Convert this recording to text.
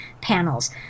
panels